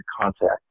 contact